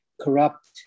corrupt